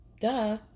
duh